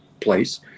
place